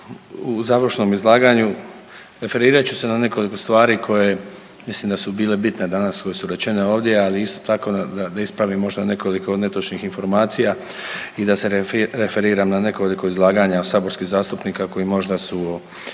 u završnom izlaganju referirat ću se na nekoliko stvari koje mislim da su bile bitne danas, koje su rečene ovdje, ali isto tako da ispravim možda nekoliko netočnih informacija i da se referiram na nekoliko izlaganja saborskih zastupnika koji možda su